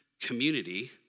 community